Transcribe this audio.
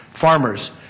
Farmers